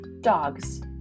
dogs